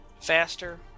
Faster